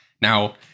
Now